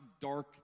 dark